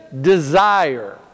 desire